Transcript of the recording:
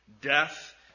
death